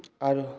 आरो